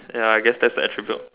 ya I guess that's a attribute